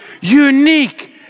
unique